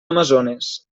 amazones